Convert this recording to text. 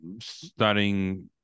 studying